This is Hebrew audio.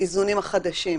האיזונים החדשים.